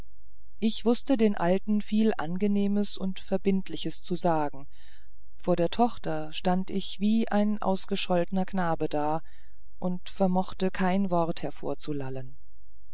ich wußte den alten viel angenehmes und verbindliches zu sagen vor der tochter stand ich wie ein ausgescholtener knabe da und vermochte kein wort